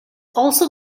also